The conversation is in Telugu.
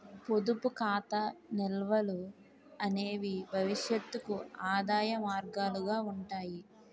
పొదుపు ఖాతా నిల్వలు అనేవి భవిష్యత్తుకు ఆదాయ మార్గాలుగా ఉంటాయి